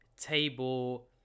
table